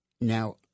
Now